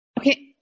Okay